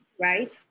right